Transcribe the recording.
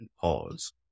pause